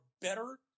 better